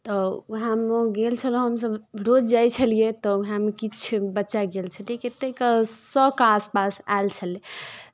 तऽ उएहमे गेल छलहुँ हमसभ रोज जाइ छलियै तऽ उएहमे किछु बच्चा गेल छलय कतेकके सए के आस पास आयल छलय